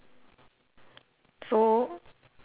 so